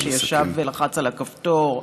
שישב ולחץ על הכפתור,